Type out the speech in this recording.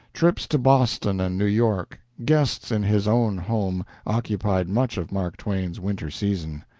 trips to boston and new york, guests in his own home, occupied much of mark twain's winter season.